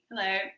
hello